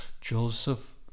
Joseph